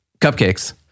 cupcakes